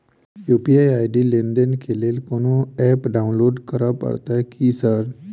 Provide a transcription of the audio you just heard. UPI ID लेनदेन केँ लेल कोनो ऐप डाउनलोड करऽ पड़तय की सर?